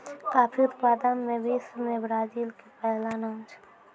coffee उत्पादन मॅ विश्व मॅ ब्राजील के पहलो नाम छै